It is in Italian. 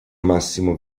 massimo